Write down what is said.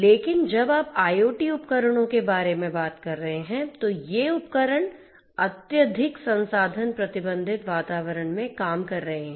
लेकिन जब आप IoT उपकरणों के बारे में बात कर रहे हैं तो ये उपकरण अत्यधिक संसाधन प्रतिबंधित वातावरण में काम कर रहे हैं